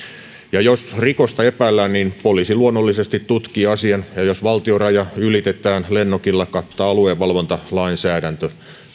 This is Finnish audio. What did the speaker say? jos rikosta epäillään niin poliisi luonnollisesti tutkii asian ja jos valtioraja ylitetään lennokilla kattaa aluevalvontalainsäädäntö